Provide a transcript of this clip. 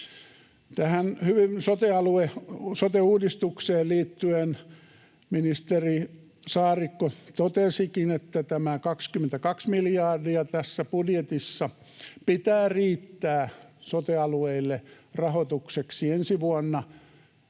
sote-uudistukseen liittyen ministeri Saarikko totesikin, että tämä 22 miljardia tässä budjetissa pitää riittää sote-alueille rahoitukseksi ensi vuonna.